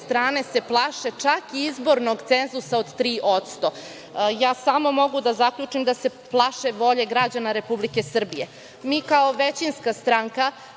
strane se plaše čak i izbornog cenzusa od 3%. Ja samo mogu da zaključim da se plaše volje građana Republike Srbije. Mi kao većinska stranka